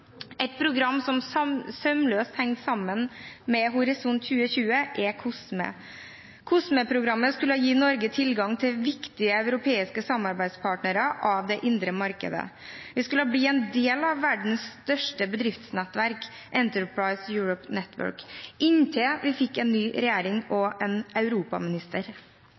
Et program som sømløst henger sammen med Horisont 2020, er COSME. COSME-programmet skulle gi Norge tilgang til viktige europeiske samarbeidspartnere i det indre markedet. Vi skulle bli en del av verdens største bedriftsnettverk, Enterprise Europe Network – inntil vi fikk en ny regjering og en europaminister.